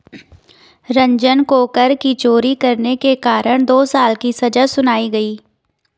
रंजन को कर की चोरी करने के कारण दो साल की सजा सुनाई गई